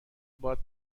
باد